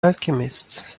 alchemist